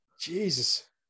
Jesus